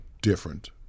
different